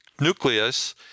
nucleus